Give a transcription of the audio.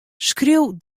skriuw